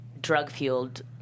drug-fueled